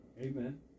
Amen